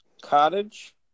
cottage